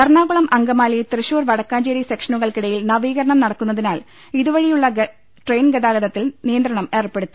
എറണാകുളം അങ്കമാലി തൃശൂർ വടക്കാഞ്ചേരി സെക്ഷ നുകൾക്കിടയിൽ നവീകരണം നടക്കുന്നതിനാൽ ഇതുവഴിയുളള ട്രെയിൻ ഗതാഗതത്തിൽ നിയന്ത്രണം ഏർപ്പെടുത്തി